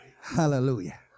Hallelujah